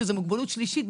זאת מוגבלות שלישית.